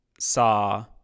Saw